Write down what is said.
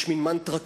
יש מין מנטרה כזאת,